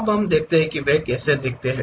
अब हम देखते हैं कि वे कैसे दिखते हैं